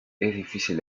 difícil